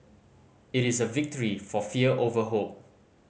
it is a victory for fear over hope